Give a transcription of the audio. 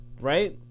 right